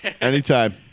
Anytime